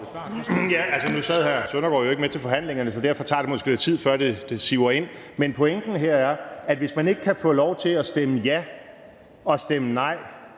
(DF): Nu sad hr. Søren Søndergaard jo ikke med til forhandlingerne, så derfor tager det måske lidt tid, før det siver ind. Men pointen her er, at hvis man ikke kan få lov til at stemme ja og stemme nej